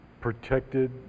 protected